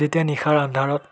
যেতিয়া নিশাৰ আন্ধাৰত